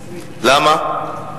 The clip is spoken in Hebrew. למה?